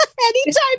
Anytime